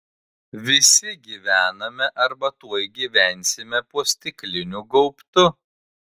visi gyvename arba tuoj gyvensime po stikliniu gaubtu